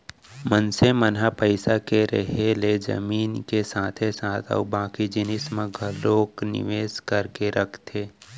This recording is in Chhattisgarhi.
मनसे मन ह पइसा के रेहे ले जमीन के साथे साथ अउ बाकी जिनिस म घलोक निवेस करके रखथे